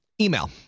Email